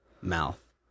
mouth